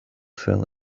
fell